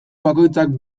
bakoitzak